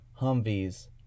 Humvees